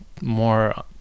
more